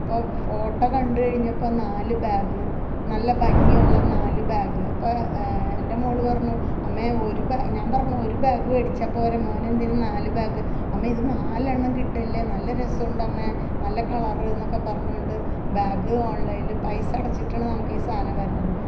അപ്പോൾ ഫോട്ടോ കണ്ട് കഴിഞ്ഞപ്പം നാല് ബാഗ് നല്ല ഭംഗിയുള്ള നാല് ബാഗ് അപ്പം എൻ്റെ മോള് പറഞ്ഞു അമ്മെ ഒരു ബാ ഞാൻ പറഞ്ഞു ഒരു ബാഗ് മേടിച്ചാൽ പോരെ മോനെന്തിനാണ് നാല് ബാഗ് അമ്മേ ഇത് നാലെണ്ണം കിട്ടൂല്ലേ നല്ല രസോണ്ടമ്മേ നല്ല കളറ്ന്നക്കെ പറഞ്ഞോണ്ട് ബാഗ് ഓൺലൈനിൽ പൈസ അടച്ചിട്ടാണ് നമുക്കീ സാധനം വരണത്